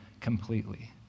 completely